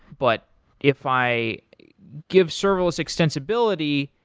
but if i give serverless extensibility,